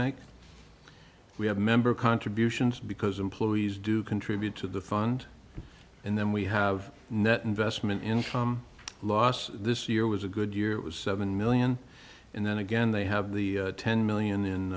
make we have member contributions because employees do contribute to the fund and then we have net investment income lost this year was a good year it was seven million and then again they have the ten million in